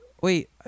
Wait